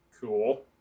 Cool